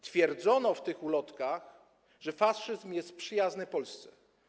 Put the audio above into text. Twierdzono w tych ulotkach, że faszyzm jest przyjazny Polsce.